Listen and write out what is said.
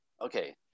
okay